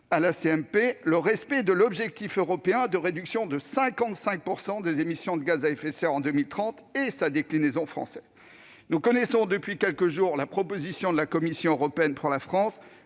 paritaire, le respect de l'objectif européen de réduction de 55 % des émissions de gaz à effet de serre d'ici à 2030 et sa déclinaison française. Nous connaissons depuis quelques jours la proposition de la Commission européenne pour la France